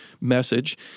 message